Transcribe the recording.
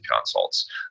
consults